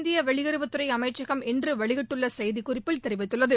இந்திய வெளியுறவுத் துறை அமைச்சகம் இன்று வெளியிட்டுள்ள செய்திக்குறிப்பில் தெரிவித்துள்ளது